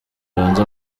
hanze